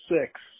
six